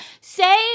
say